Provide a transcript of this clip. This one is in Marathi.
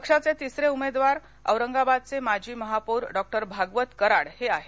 पक्षाचे तिसरे उमेदवार औरंगाबादचे माजी महापौर डॉ भागवत कराड हे आहेत